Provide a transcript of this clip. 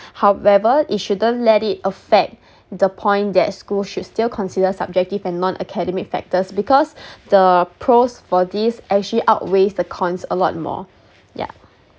however it shouldn't let it affect the point that schools should still consider subjective and non academic factors because the pros for this actually outweighs the cons a lot more yeah